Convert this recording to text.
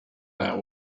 that